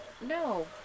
no